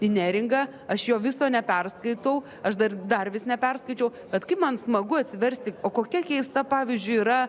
į neringą aš jo viso neperskaitau aš dar dar vis neperskaičiau bet kaip man smagu atsiversti o kokia keista pavyzdžiui yra